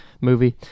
Movie